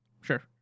Sure